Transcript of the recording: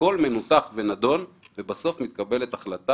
הכל מנותח ונדון, כאשר בסוף מתקבלת החלטה.